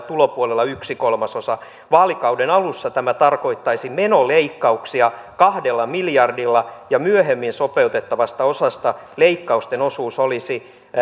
tulopuolella yksi kolmasosa vaalikauden alussa tämä tarkoittaisi menoleikkauksia kahdella miljardilla ja myöhemmin sopeutettavasta osasta leikkausten osuus olisi